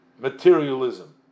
materialism